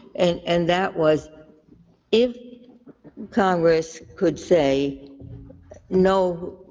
and and that was if congress could say no